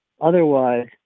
Otherwise